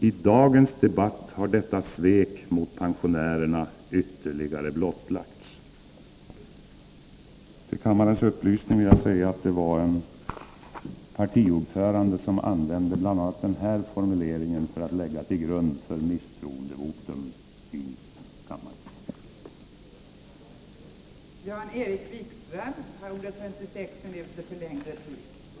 I dagens debatt har detta svek mot pensionärerna ytterligare blottlagts.” För kammarens upplysning vill jag säga att det var en partiordförande som använde bl.a. den här formuleringen som grund för yrkande om misstroendevotum i kammaren.